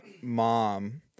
mom